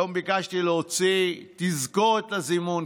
היום ביקשתי להוציא תזכורת לזימון,